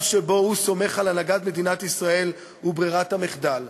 שבו הוא סומך על הנהגת מדינת ישראל הוא ברירת המחדל,